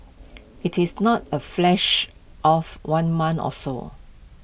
IT is not A flash of one mon or so